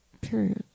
period